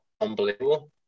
Unbelievable